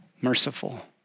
merciful